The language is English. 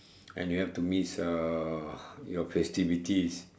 and you have to miss uh your festivities